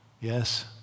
Yes